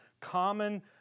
common